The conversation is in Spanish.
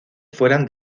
fueron